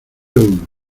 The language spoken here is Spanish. uno